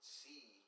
see